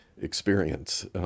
experience